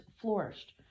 flourished